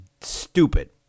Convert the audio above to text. stupid